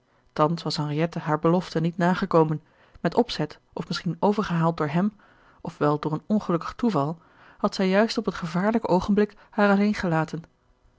thans was henriette hare belofte niet nagekomen met opzet of misschien overgehaald door hem of wel door een ongelukkig toeval had zij juist op het gevaarlijke oogenblik haar alleen gelaten